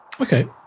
Okay